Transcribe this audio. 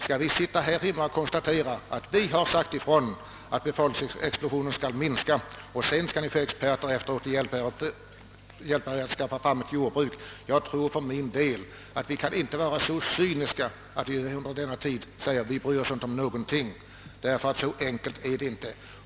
Skall vi säga till dessa människor att vi här hemma konstaterat, att först skall befolkningsexplosionen stoppas och sedan skall ni få experter, som skall hjälpa er att skapa ett jordbruk. Vi kan inte vara så cyniska, att vi säger, att vi under tiden inte bryr oss om hur de har det. Så enkelt är det inte.